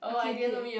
okay okay